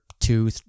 two